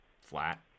flat